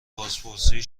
بازپرسی